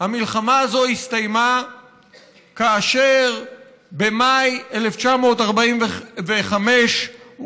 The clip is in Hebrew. המלחמה הזאת הסתיימה כאשר במאי 1945 הונף